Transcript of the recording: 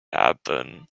happen